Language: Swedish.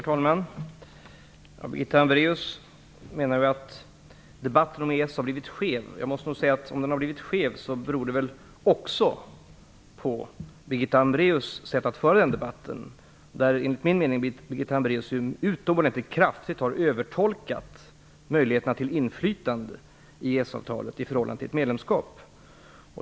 Herr talman! Birgitta Hambraeus menar att debatten om EES har blivit skev. Jag måste nog säga att om den har blivit skev, så beror det väl också på Birgitta Hambraeus sätt att föra den debatten. Enligt min mening har Birgitta Hambraues utomordentligt kraftigt övertolkat möjligheterna till inflytande via EES-avtalet i förhållande till ett medlemskap.